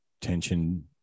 Tension